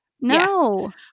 no